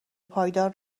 پایدار